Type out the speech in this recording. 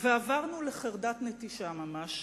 ועברנו לחרדת נטישה ממש.